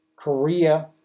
Korea